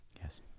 Yes